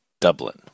Dublin